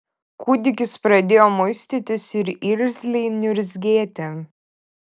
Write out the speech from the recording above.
kūdikis pradėjo muistytis ir irzliai niurzgėti